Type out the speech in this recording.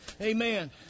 Amen